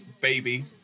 baby